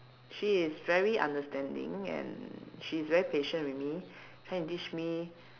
she is very understanding and she is very patient with me trying to teach me